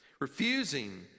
refusing